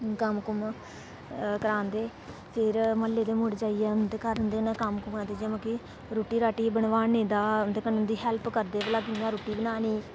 कम्म करांदे फिर म्हल्ले दे मुडे़ जाइयै उंदे घार उंदा कम्म दा आरेंजमेंट के रोटी बनवाने दा उंदे कन्नै उंदी हैल्फ करदे भला कियां रुट्टी बनानी ऐ